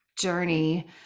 journey